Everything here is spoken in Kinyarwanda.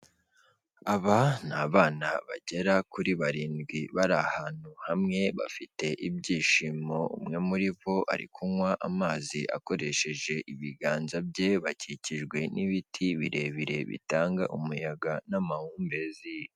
Aba ni abana bagera kuri barindwi, bari ahantu hamwe bafite ibyishimo, umwe muri bo ari kunywa amazi akoresheje ibiganza bye, bakikijwe n'ibiti birebire bitanga umuyaga n'amahumbezi.